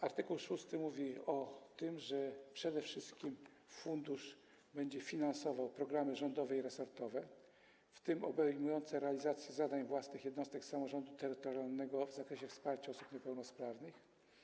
Art. 6 mówi o tym, że fundusz będzie przede wszystkim finansował programy rządowe i resortowe, w tym obejmujące realizację zadań własnych jednostek samorządu terytorialnego w zakresie wsparcia osób niepełnosprawnych.